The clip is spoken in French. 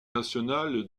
national